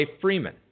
Freeman